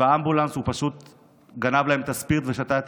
ובאמבולנס הוא גנב את הספירט ושתה את